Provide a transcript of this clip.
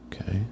Okay